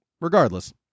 regardless